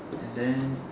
and then